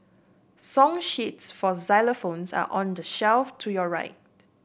song sheets for xylophones are on the shelf to your right